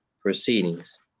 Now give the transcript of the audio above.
proceedings